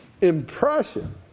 impression